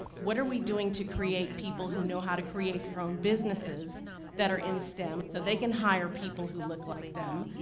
what are we doing to create people who know how to create their own businesses that are in stem so they can hire people who look like them?